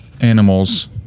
animals